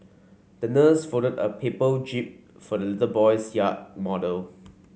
the nurse folded a paper jib for the little boy's yacht model